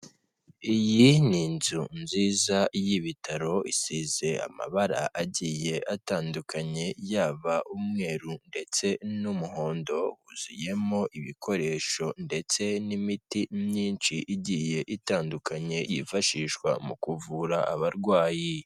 Iyi ni inzu nziza y'ibitaro isize amabara agiye atandukanye, yaba umweru ndetse n'umuhondo wuzuyemo ibikoresho ndetse n'imiti myinshi igiye itandukanye, yifashishwa mu kuvura abarwayi.